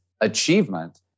achievement